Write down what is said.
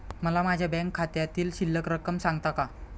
मला माझ्या बँक खात्यातील शिल्लक रक्कम सांगता का?